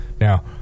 now